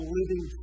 living